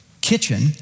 kitchen